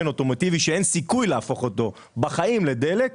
בשמן אוטומטיבי שאין סיכוי להפוך אותו בחיים לדלק.